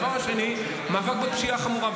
הדבר השני, מאבק בפשיעה החמורה.